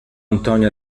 antonio